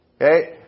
Okay